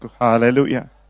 Hallelujah